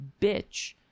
bitch